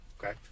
Okay